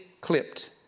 clipped